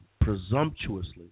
presumptuously